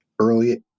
Early